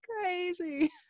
crazy